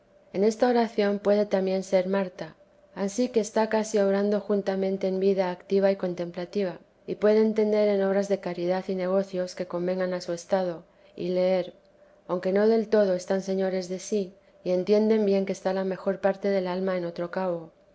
en esta oración puede también ser marta ansí que está casi obrando juntamente en vida activa y contemplativa y puede entender en obras de caridad y negocios que convengan a su estado y leer aunque no del todo están señores de sí y entienden bien que está la mejor parte del alma en otro cabo